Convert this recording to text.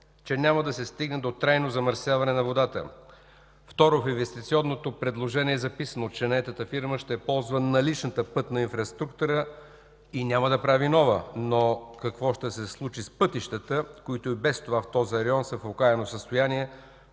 че няма да се стигне до трайно замърсяване на водата? Второ, в инвестиционното предложение е записано, че наетата фирма ще ползва наличната пътна инфраструктура и няма да прави нова, но какво ще се случи с пътищата, които и без това в този район са в окаяно състояние,